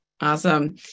Awesome